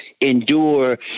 endure